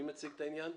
מי מציג את העניין?